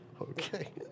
okay